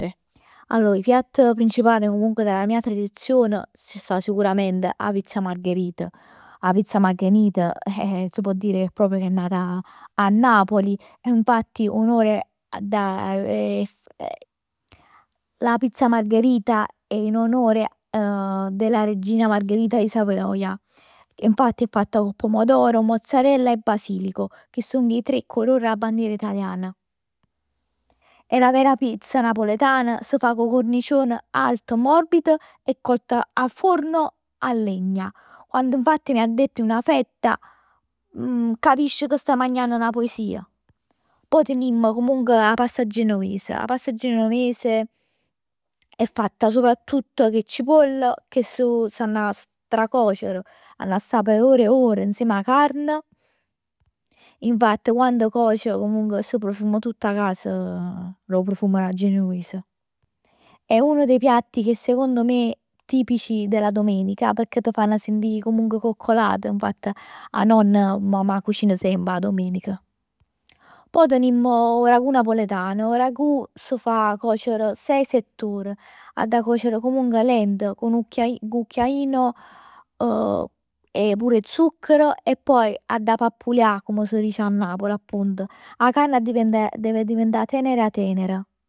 Allor 'e piatt principali comunque della mia tradizion, ci sta sicurament 'a pizza margherita, 'a pizza margherita si può dire che è proprio nata a Napoli e infatti onore da. La pizza margherita è in onore della regina Margherita di Savoia. Infatti è fatta con pomodoro, mozzarella e basilico, che song 'e tre colori della bandiera italiana. È la vera pizza napoletana. Si fa cu 'o cornicion alto, morbido e cotto con il forno a legna. Quando infatti ne addenti una fetta capisci che staje magnann 'na poesia. Pò tenimm comunque 'a pasta 'a genuves. 'A pasta a genovese è fatta soprattutto cu 'e cipoll che so, che s'anna stracocere. 'Anna sta p' ore e ore insieme 'a carn. Infatti quann coce comunque s' profuma tutt 'a cas d' 'o profumo d' 'a genoves. È uno dei piatti che secondo me tipici della domenica pecchè t' fann sentì comunque coccolat. Infatti 'a nonna a me m' 'a cucina semp 'a domenica. Pò tenimm 'o ragù napoletano. 'O ragù s' fa cocere sej, sett'ore. Adda cocere comunque lent, cu nu cucchiain pur 'e zucchero e poi adda pappulià comm s' dic a Napl appunt. 'A carn addivent addivent tenera tener.